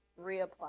reapply